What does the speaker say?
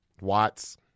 Watts